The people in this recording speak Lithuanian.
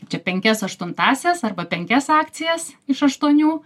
čia penkias aštuntąsias arba penkias akcijas iš aštuonių